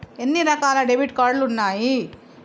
ఎన్ని రకాల debit card ఉన్నాయి?